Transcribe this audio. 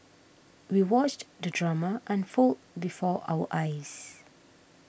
we watched the drama unfold before our eyes